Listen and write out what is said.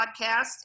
podcast